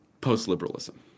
post-liberalism